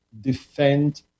defend